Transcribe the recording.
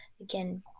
Again